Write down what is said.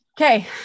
okay